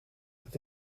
het